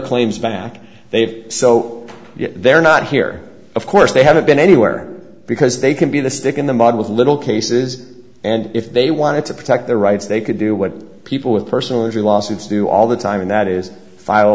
claims back they've so they're not here of course they haven't been anywhere because they can be the stick in the mud with little cases and if they wanted to protect their rights they could do what people with personal injury lawsuits do all the time and that is file a